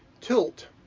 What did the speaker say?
tilt